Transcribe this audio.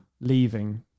leaving